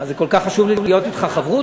מה, זה כל כך חשוב לי להיות אתך חברותא?